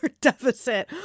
deficit